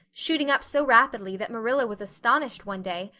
shooting up so rapidly that marilla was astonished one day,